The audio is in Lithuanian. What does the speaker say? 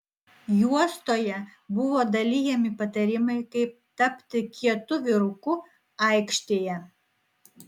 juostoje buvo dalijami patarimai kaip tapti kietu vyruku aikštėje